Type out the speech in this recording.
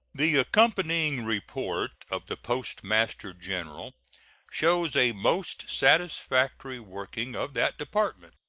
the accompanying report of the postmaster-general shows a most satisfactory working of that department.